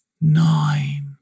nine